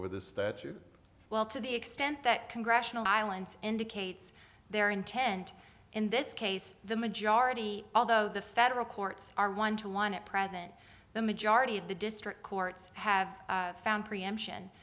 over this that you well to the extent that congressional islands indicates their intent in this case the majority although the federal courts are one to one at present the majority of the district courts have found preemption